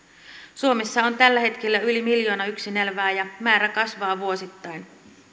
suomessa on tällä hetkellä yli miljoona yksin elävää ja määrä kasvaa vuosittain